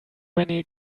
many